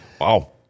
Wow